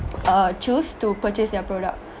uh choose to purchase their product